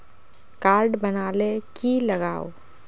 Card बना ले की लगाव?